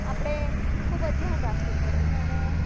આપણે ખૂબ જ ધ્યાન રાખવું પડે છે અને